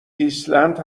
ایسلند